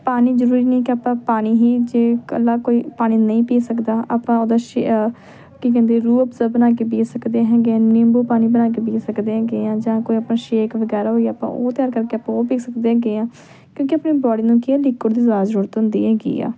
ਪਾਣੀ ਜ਼ਰੂਰੀ ਨਹੀਂ ਕਿ ਆਪਾਂ ਪਾਣੀ ਹੀ ਜੇ ਇਕੱਲਾ ਕੋਈ ਪਾਣੀ ਨਹੀਂ ਪੀ ਸਕਦਾ ਆਪਾਂ ਉਹਦਾ ਸ਼ ਕੀ ਕਹਿੰਦੇ ਰੂਹ ਅਫਜ਼ਾ ਬਣਾ ਕੇ ਪੀ ਸਕਦੇ ਹੈਗੇ ਆ ਨਿੰਬੂ ਪਾਣੀ ਬਣਾ ਕੇ ਪੀ ਸਕਦੇ ਹੈਗੇ ਆ ਜਾਂ ਕੋਈ ਆਪਣਾ ਸ਼ੇਕ ਵਗੈਰਾ ਵੀ ਆਪਾਂ ਉਹ ਤਿਆਰ ਕਰਕੇ ਆਪਾਂ ਉਹ ਪੀ ਸਕਦੇ ਹੈਗੇ ਆ ਕਿਉਂਕਿ ਆਪਣੀ ਬੋਡੀ ਨੂੰ ਕੀ ਹੈ ਲਿਕ਼ੁਏਡ ਦੀ ਜ਼ਿਆਦਾ ਜ਼ਰੂਰਤ ਹੁੰਦੀ ਹੈਗੀ ਆ